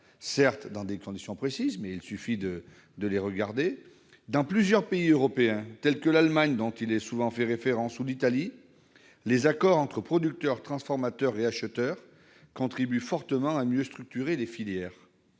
contrats- dans des conditions certes précises, mais qu'il suffit d'examiner. Dans plusieurs pays européens, tels que l'Allemagne, à laquelle il est souvent fait référence, ou l'Italie, les accords entre producteurs, transformateurs et acheteurs contribuent fortement à une meilleure structuration des filières.